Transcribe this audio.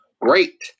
Great